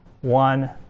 one